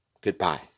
goodbye